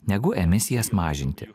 negu emisijas mažinti